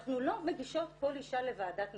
אנחנו לא מגישות כל אישה לוועדת נכות.